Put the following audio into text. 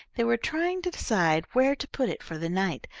they were trying to decide where to put it for the night,